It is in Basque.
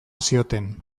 zioten